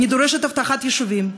אני דורשת אבטחת יישובים,